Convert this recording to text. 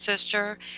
sister